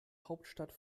hauptstadt